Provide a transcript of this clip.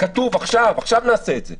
שיהיה כתוב עכשיו, עכשיו נעשה את זה,